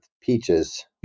peaches